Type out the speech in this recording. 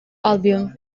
album